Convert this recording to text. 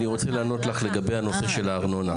אני רוצה לענות לך לגבי הנושא של הארנונה.